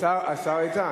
השר איתן,